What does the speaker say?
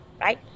right